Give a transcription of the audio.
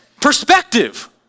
perspective